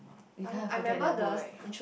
you kind of forget that book right